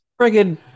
Friggin